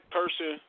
person